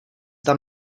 tam